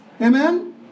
Amen